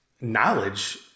knowledge